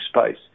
space